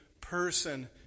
person